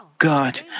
God